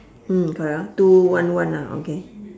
mm correct orh two one one ah okay